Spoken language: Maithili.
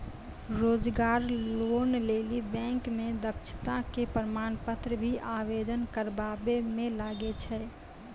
रोजगार लोन लेली बैंक मे दक्षता के प्रमाण पत्र भी आवेदन करबाबै मे लागै छै?